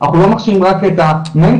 אנחנו לא מכשירים רק את המנטורים,